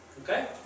Okay